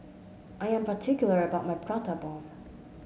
I am particular about my Prata Bomb